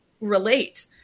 relate